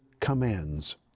commands